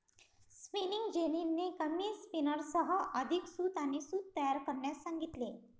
spinning जेनीने कमी स्पिनर्ससह अधिक सूत आणि सूत तयार करण्यास सांगितले